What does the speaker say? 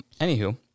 anywho